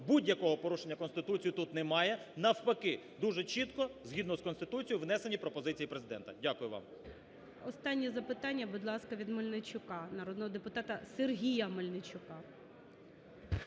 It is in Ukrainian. будь-якого порушення Конституції тут немає. Навпаки, дуже чітко, згідно з Конституцією внесені пропозиції Президента. Дякую вам. ГОЛОВУЮЧИЙ. Останнє запитання, будь ласка, від Мельничука, народного депутата Сергія Мельничука.